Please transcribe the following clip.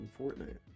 Fortnite